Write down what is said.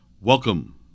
Welcome